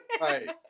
Right